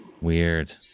weird